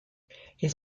his